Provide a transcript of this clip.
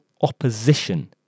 opposition